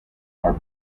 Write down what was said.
are